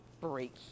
break